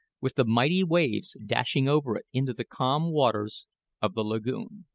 with the mighty waves dashing over it into the calm waters of the lagoon.